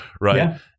right